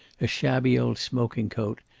a shabby old smoking coat,